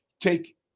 take